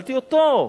שאלתי אותו: